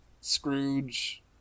Scrooge